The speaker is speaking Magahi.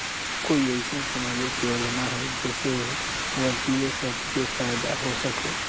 कोई अईसन सामाजिक योजना हई जे से बच्चियां सब के फायदा हो सके?